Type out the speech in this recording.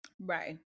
Right